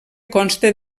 consta